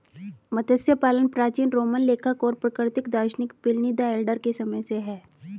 मत्स्य पालन प्राचीन रोमन लेखक और प्राकृतिक दार्शनिक प्लिनी द एल्डर के समय से है